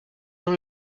dans